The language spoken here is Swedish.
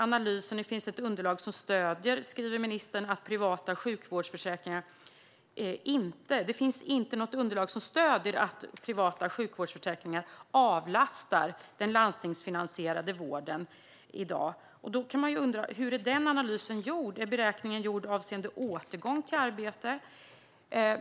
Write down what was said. Ministern sa också att det i dag inte finns underlag som stöder att privata sjukvårdsförsäkringar avlastar den landstingsfinansierade vården. Hur är den analysen gjord? Är beräkningen gjord avseende återgång till arbete?